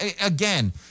again